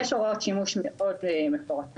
יש הוראות שימוש מאוד מפורטות,